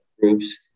groups